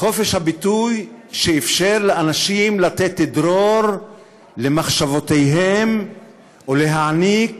חופש הביטוי שאפשר לאנשים לתת דרור למחשבותיהם ולהעניק